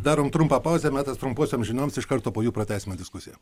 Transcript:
darom trumpą pauzę metas trumposioms amžinoms iš karto po jų pratęsime diskusiją